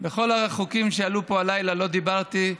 בכל החוקים שעלו פה הלילה לא דיברתי,